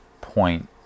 point